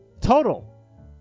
Total